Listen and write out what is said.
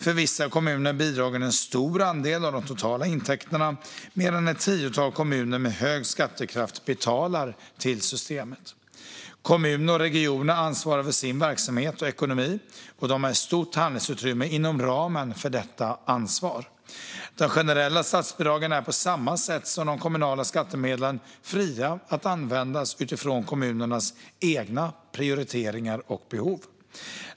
För vissa kommuner är bidragen en stor andel av de totala intäkterna, medan ett tiotal kommuner med hög skattekraft betalar till systemet. Kommuner och regioner ansvarar för sin verksamhet och ekonomi, och de har ett stort handlingsutrymme inom ramen för detta ansvar. De generella statsbidragen är på samma sätt som de kommunala skattemedlen fria att användas utifrån kommunernas egna prioriteringar och behov.